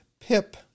pip